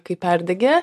kai perdegi